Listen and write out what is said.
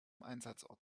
einsatzort